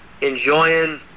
enjoying